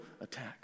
attack